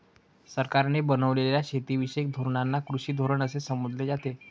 सरकारने बनवलेल्या शेतीविषयक धोरणांना कृषी धोरण असे संबोधले जाते